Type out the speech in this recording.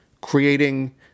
creating